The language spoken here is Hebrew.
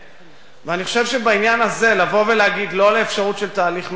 ואני חושב שבעניין הזה לבוא ולהגיד לא לאפשרות של תהליך מדיני,